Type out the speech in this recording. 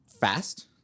fast